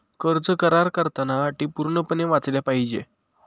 कर्ज करार करताना अटी पूर्णपणे वाचल्या पाहिजे